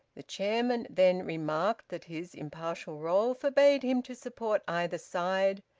the chairman then remarked that his impartial role forbade him to support either side,